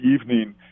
evening